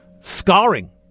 scarring